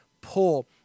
pull